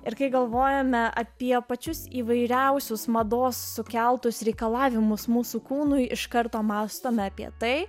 ir kai galvojame apie pačius įvairiausius mados sukeltus reikalavimus mūsų kūnui iš karto mąstome apie tai